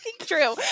true